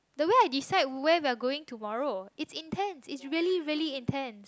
the way I decide where we're going tomorrow it's intend it's really really intend